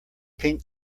pink